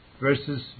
verses